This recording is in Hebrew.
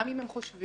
גם אם הם חושבים